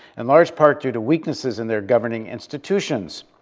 in large part due to weaknesses in their governing institutions.